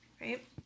right